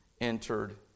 entered